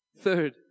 Third